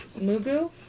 Mugu